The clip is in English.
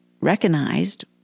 recognized